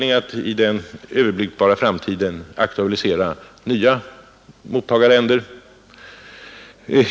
Jag sade att det icke finns anledning att i den överblickbara framtiden aktualisera nya mottagarländer.